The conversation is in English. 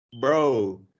Bro